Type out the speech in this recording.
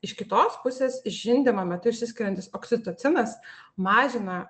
iš kitos pusės žindymo metu išsiskiriantis oksitocinas mažina